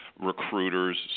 recruiters